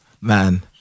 man